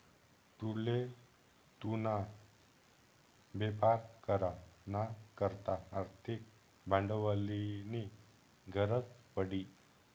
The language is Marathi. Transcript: तुले तुना बेपार करा ना करता आर्थिक भांडवलनी गरज पडी